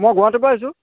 মই গুৱাহাটীৰ পৰা আহিছো